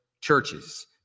churches